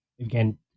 again